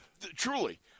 truly